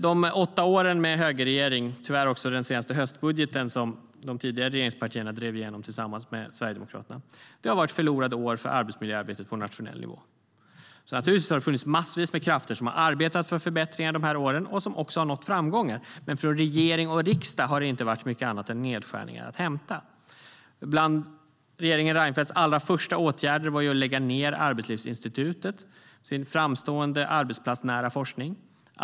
De åtta åren med högerregering, tyvärr också den senaste höstbudgeten som de tidigare regeringspartierna drev igenom tillsammans med Sverigedemokraterna, har varit förlorade år för arbetsmiljöarbetet på nationell nivå. Naturligtvis har det funnits massvis med krafter som har arbetat för förbättringar under de åren och som också har nått framgångar. Men från regering och riksdag har det inte varit mycket annat än nedskärningar att hämta. En av regeringen Reinfeldts allra första åtgärder var att lägga ned Arbetslivsinstitutet, med sin framstående, arbetsplatsnära forskning.